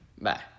Bye